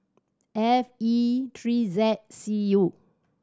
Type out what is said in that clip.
F E three Z C U